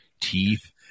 teeth